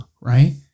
right